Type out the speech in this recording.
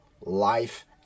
life